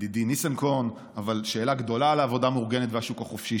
ידידי ניסנקורן אבל יש שאלה גדולה על העבודה המאורגנת והשוק החופשי,